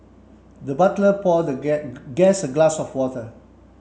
the butler poured the guest a glass of water